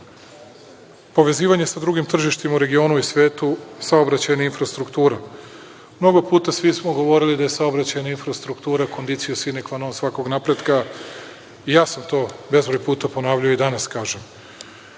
tržišta. Povezivanje sa drugim tržištima u regionu u svetu, saobraćajna infrastruktura. Mnogo puta svi smo govorili da je saobraćajna infrastruktura conditio sine qua non svakog napretka i ja sam to bezbroj puta ponavljao, a i danas kažem.